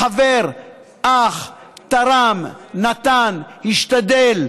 חבר, אח, תרם, נתן, השתדל,